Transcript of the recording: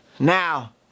Now